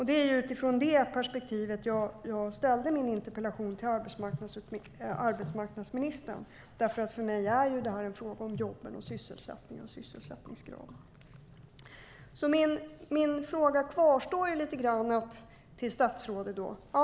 Det var utifrån det perspektivet jag ställde min interpellation till arbetsmarknadsministern, därför att för mig är det här en fråga om jobben, sysselsättningen och sysselsättningsgraden. Min fråga till statsrådet kvarstår.